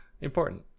important